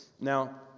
Now